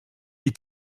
die